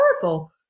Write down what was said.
horrible